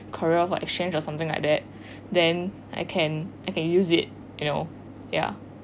korean got exchange or something like that then I can I can use it you know ya